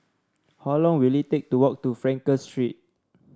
how long will it take to walk to Frankel Street